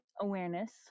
awareness